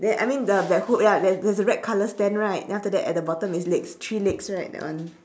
the I mean the that hoop ya there there's a red colour stand right then after that at the bottom its legs three legs right that one